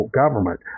government